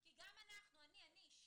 כי גם אנחנו, אני אישית,